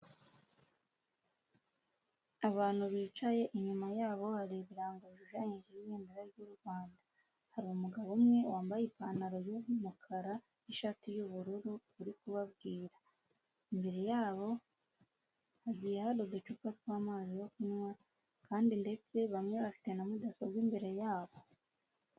Abantu bicaye inyuma yabo hari ibirango bishushanyijeho ibendera ry'u Rwanda. Hari umugabo umwe wambaye ipantaro y'umukara n'ishati y'ubururu uri kubabwira. Imbere yabo hagiye hari uducupa tw'amazi yo kunywa, kandi ndetse bamwe bafite na mudasobwa imbere yabo.